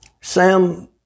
Sam